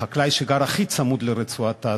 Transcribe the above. החקלאי שגר הכי צמוד לרצועת-עזה.